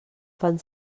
fan